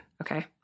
okay